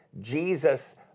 Jesus